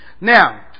Now